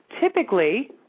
typically